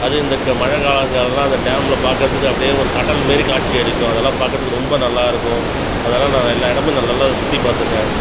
அதுவும் இந்த க மழை கால காலலாம் அந்த டேம்மில பார்க்கறதுக்கு அப்படியே ஒரு கடல் மாரி காட்சியளிக்கும் அதெல்லாம் பார்க்கறதுக்கு ரொம்ப நல்லாருக்கும் அதெல்லாம் நான் எல்லா இடமும் நல்லா சுற்றிப் பார்த்துருக்கேன்